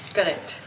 Correct